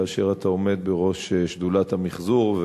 כאשר אתה עומד בראש שדולת המיחזור,